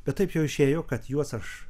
bet taip jau išėjo kad juos aš